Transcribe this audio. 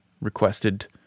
requested